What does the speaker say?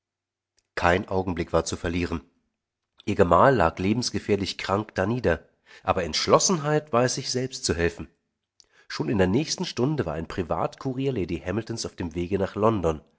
kein augenblick war zu verlieren ihr gemahl lag lebensgefährlich krank darnieder aber entschlossenheit weiß sich selbst zu helfen schon in der nächsten stunde war ein privat kurier lady hamiltons auf dem wege nach london